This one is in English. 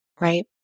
right